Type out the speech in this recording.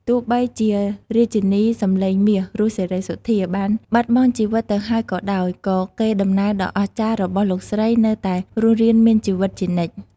ទោះបីជារាជិនីសំឡេងមាស រស់ សេរីសុទ្ធា បានបាត់បង់ជីវិតទៅហើយក៏ដោយ ក៏កេរ្តិ៍ដំណែលដ៏អស្ចារ្យរបស់លោកស្រីនៅតែរស់រានមានជីវិតជានិច្ច។